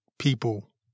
people